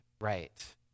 right